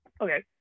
Okay